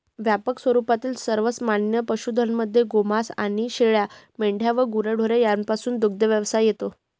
व्यापक स्वरूपातील सर्वमान्य पशुधनामध्ये गोमांस आणि शेळ्या, मेंढ्या व गुरेढोरे यापासूनचा दुग्धव्यवसाय येतो